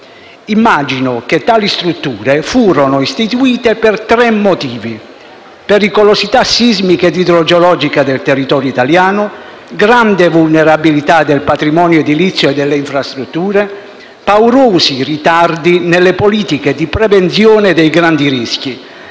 Immagino che tali strutture furono pensate per tre ordini di motivi: pericolosità sismica ed idrogeologica del territorio italiano; grande vulnerabilità del patrimonio edilizio e delle infrastrutture; paurosi ritardi nelle politiche di prevenzione dei grandi rischi,